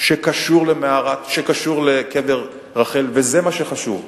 שקשור לקבר רחל, וזה מה שחשוב.